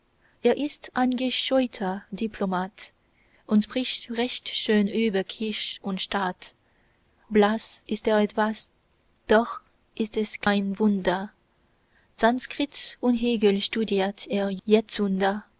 er ist ein gescheuter diplomat und spricht recht schön über kirch und staat blaß ist er etwas doch ist es kein wunder sanskrit und hegel studiert er